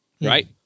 right